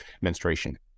menstruation